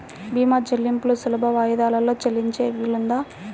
భీమా చెల్లింపులు సులభ వాయిదాలలో చెల్లించే వీలుందా?